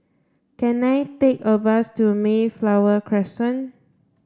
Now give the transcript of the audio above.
can I take a bus to Mayflower Crescent